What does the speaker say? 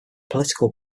political